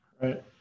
Right